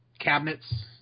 cabinets